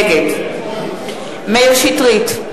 נגד מאיר שטרית,